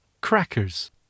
Crackers